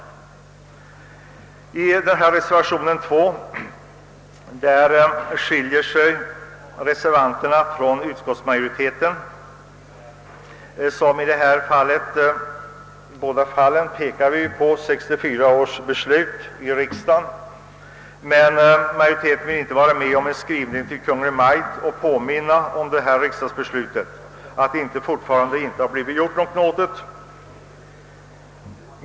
Skrivningen i reservation nr 2 skiljer sig från utskottsmajoritetens skrivning vad det gäller 1964 års riksdagsbeslut att få en snabbare avräkning till kommunerna av skattemedel. Både utskottsmajoriteten och reservanterna hänvisar till detta beslut, men utskottsmajoriteten vill inte gå med på att i skrivelse till Kungl. Maj:t påminna om att fortfarande inget har gjorts i anledning av beslutet.